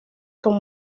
con